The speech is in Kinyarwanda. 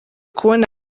kubona